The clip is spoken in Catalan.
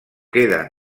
queda